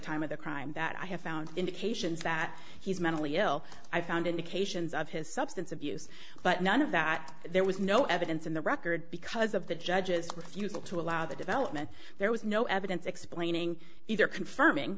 time of the crime that i have found indications that he's mentally ill i found indications of his substance abuse but none of that there was no evidence in the record because of the judge's refusal to allow the development there was no evidence explaining either confirming